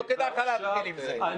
לא כדאי לך להתחיל עם זה.